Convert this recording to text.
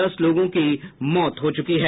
दस लोगों की मौत हो चुकी है